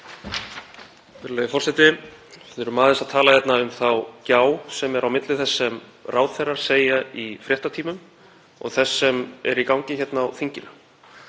aðeins að tala hér um þá gjá sem er á milli þess sem ráðherrar segja í fréttatímum og þess sem er í gangi hérna á þinginu.